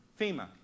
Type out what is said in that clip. FEMA